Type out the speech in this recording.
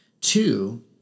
Two